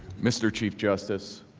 mr. chief justice,